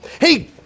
hey